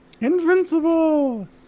Invincible